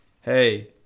Hey